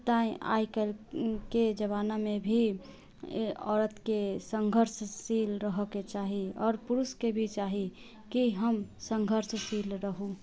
तैं आइकाल्हिके जमानामे भी औरतके सङ्घर्षशील रहऽके चाही आओर पुरुषके भी चाही की हम सङ्घर्षशील रहू